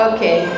Okay